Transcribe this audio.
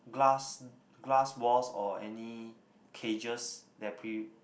glass glass walls or any cages that pre~